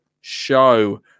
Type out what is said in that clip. show